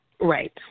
Right